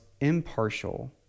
impartial